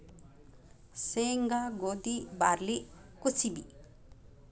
ಸೇಂಗಾ, ಗೋದಿ, ಬಾರ್ಲಿ ಕುಸಿಬಿ